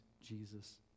Jesus